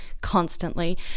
constantly